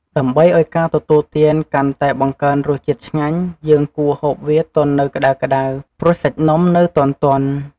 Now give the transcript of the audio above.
ដើម្បីឱ្យការទទួលទានកាន់តែបង្កើនរសជាតិឆ្ញាញ់ យើងគួរហូបវាទាន់នៅក្តៅៗ ព្រោះសាច់នំនៅទន់ៗ។